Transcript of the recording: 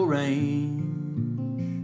range